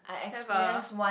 have ah